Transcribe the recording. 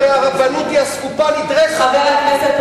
הרי הרבנות היא אסקופה נדרסת,